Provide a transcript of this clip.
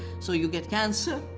so you get cancer,